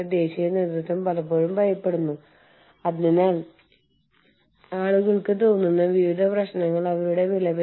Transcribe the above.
അതിനാൽ അത് ആഗോള സമ്പദ്വ്യവസ്ഥയുടെ വികാസമാണ് അല്ലെങ്കിൽ ആഗോള സമ്പദ്വ്യവസ്ഥയുടെ ചൂഷണമാണ്